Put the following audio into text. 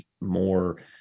more